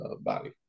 body